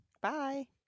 Bye